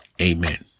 Amen